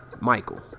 Michael